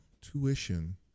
tuition